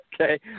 Okay